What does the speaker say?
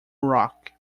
rock